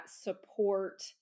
support